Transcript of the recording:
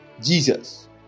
Jesus